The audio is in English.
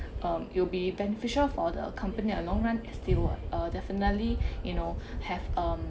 um it'll be beneficial for the company a long run still uh definitely you know have um